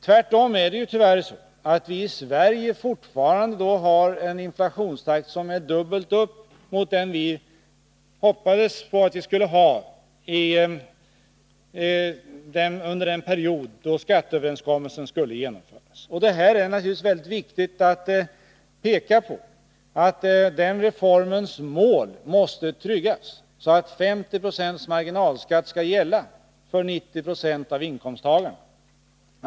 Tvärtom är det tyvärr så att vi i Sverige fortfarande har en inflationstakt som är dubbelt så hög som den vi hoppades på att ha den period under vilken skatteöverenskommelsen skulle genomföras. Naturligtvis är det väsentligt att målet för den reformen tryggas, att en 50-procentig marginalskatt skall gälla för 90 26 av inkomsttagarna.